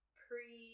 pre